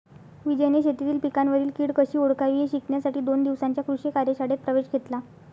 विजयने शेतीतील पिकांवरील कीड कशी ओळखावी हे शिकण्यासाठी दोन दिवसांच्या कृषी कार्यशाळेत प्रवेश घेतला